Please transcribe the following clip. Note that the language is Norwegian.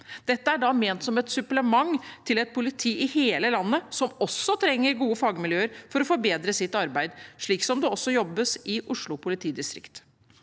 Dette er ment som et supplement til politiet i hele landet, som også trenger gode fagmiljøer for å forbedre sitt arbeid, slik det jobbes med i Oslo politidistrikt.